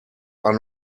are